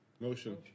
Motion